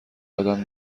ادم